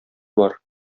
бар